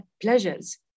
pleasures